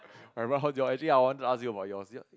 right bruh how's yours actually I wanted ask you about yours